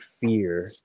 fear